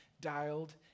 dialed